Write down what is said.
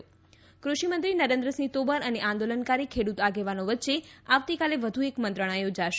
ૈ કૃષિમંત્રી નરેન્દ્રસિંહ તોમર અને આંદોલનકારી ખેડૂત આગેવાનો વચ્ચે આવતીકાલે વધુ એક મંત્રણા યોજાશે